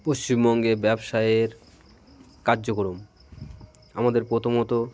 পশ্চিমবঙ্গে ব্যবসায়ের কার্যক্রম আমাদের প্রথমত